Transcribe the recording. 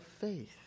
faith